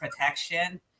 protection